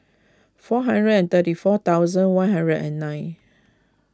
four hundred and thirty four thousand one hundred and nine